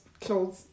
clothes